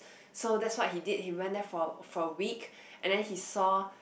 so that's what he did he went there for a for a week and then he saw